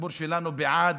הציבור שלנו בעד